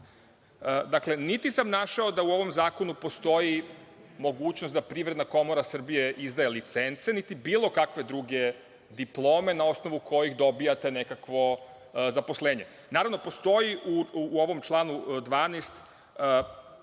radi. Dakle, niti sam našao da u ovom zakonu postoji mogućnost da Privredna komora Srbije izdaje licence, niti bilo kakve druge diplome na osnovu kojih dobijate nekakvo zaposlenje. Naravno, postoji u ovom članu 12.